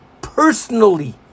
personally